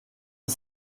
dix